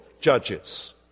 judges